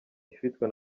ifitwe